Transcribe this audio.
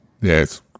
Yes